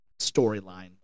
storyline